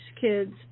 kids